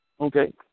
Okay